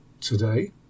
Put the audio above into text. today